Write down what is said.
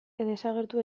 desagertu